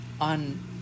on